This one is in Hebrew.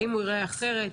האם הוא ייראה אחרת?